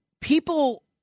people